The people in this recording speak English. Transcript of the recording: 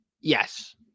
yes